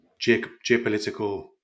geopolitical